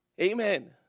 Amen